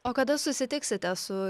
o kada susitiksite su